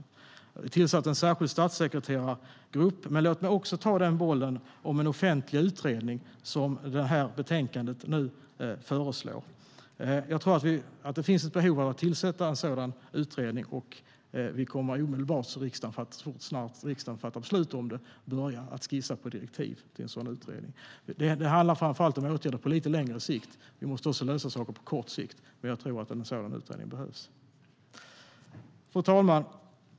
Vi har tillsatt en särskild statssekreterargrupp, men låt mig också ta bollen om en offentlig utredning som föreslås i betänkandet. Fru talman!